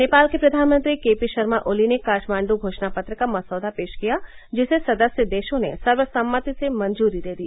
नेपाल के प्रधानमंत्री K P Sharma Oli ने काठमांडू घोषणा पत्र का मसौदा पेश किया जिसे सदस्य देशों ने सर्वसम्मति से मंजूरी दे दी